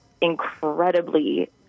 incredibly